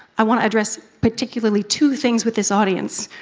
i want to address particularly two things with this audience.